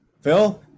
Phil